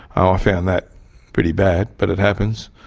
i ah found that pretty bad, but it happens.